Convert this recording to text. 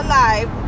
life